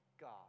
God